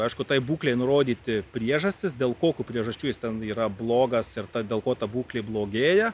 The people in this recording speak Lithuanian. aišku tai būklei nurodyti priežastis dėl kokių priežasčių jis ten yra blogas ir dėl ko ta būklė blogėja